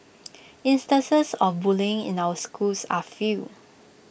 instances of bullying in our schools are few